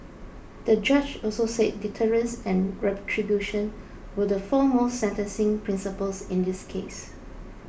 the judge also said deterrence and retribution were the foremost sentencing principles in this case